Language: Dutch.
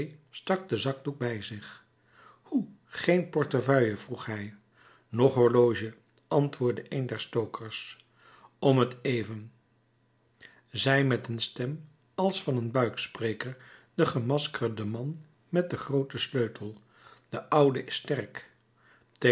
stak den zakdoek bij zich hoe geen portefeuille vroeg hij noch horloge antwoordde een der stokers om t even zei met een stem als van een buikspreker de gemaskerde man met den grooten sleutel de oude is sterk